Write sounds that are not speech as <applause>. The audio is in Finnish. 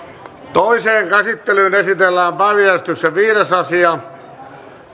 toiseen käsittelyyn esitellään päiväjärjestyksen viides asia <unintelligible>